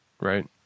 right